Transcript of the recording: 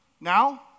now